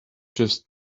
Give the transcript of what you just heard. just